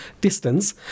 distance